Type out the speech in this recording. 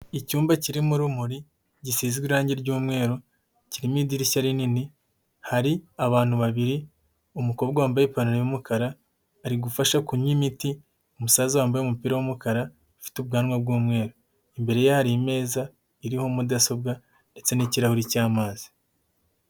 Icyumba kirimo urumuri, gisizwe irangi ryumweru, kirimo idirishya rinini, hari abantu babiri, umukobwa wambaye ipantaro y'umukara, ari gufasha kunywa imiti umusaza wambaye umupira w'umukara, ufite ubwanwa bw'umweru, imbere ye hari imeza iriho mudasobwa ndetse n'ikirahuri cy'amazi.